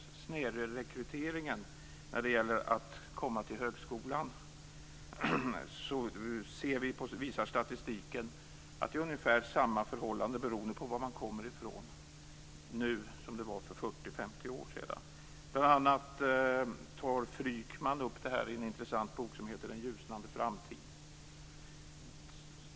Statistiken visar att snedrekryteringen när det gäller att komma till högskolan nu förhåller sig på ungefär samma sätt till varifrån man kommer som för 40-50 år sedan. Bl.a. tar Frykman upp detta i en intressant bok som heter Den ljusnande framtid.